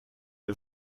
der